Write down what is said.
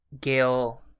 Gail